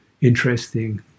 interesting